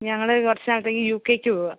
ഞങ്ങള് ഈ വർഷാവധിക്ക് യൂക്കേക്ക് പോവുകയാണ്